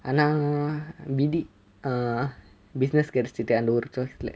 ஆனா விதி:aana vithi uh business கெடைச்சுட்டு அந்த ஒரு:kedaichuttu antha oru choice இலெ:ile